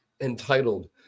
entitled